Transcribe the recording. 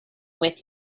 with